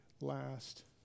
last